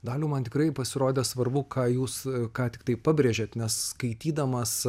daliau man tikrai pasirodė svarbu ką jūs ką tik tai pabrėžėt nes skaitydamas